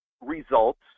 results